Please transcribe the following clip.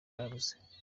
babuze